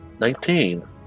Nineteen